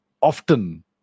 often